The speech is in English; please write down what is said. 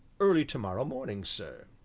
early to-morrow morning, sir.